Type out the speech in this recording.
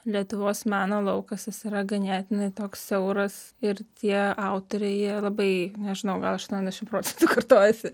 lietuvos meno laukas jis yra ganėtinai toks siauras ir tie autoriai jie labai nežinau gal aštuoniasdešimt procentų kartojasi